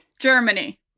Germany